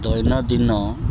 ଦୈନନ୍ଦିନ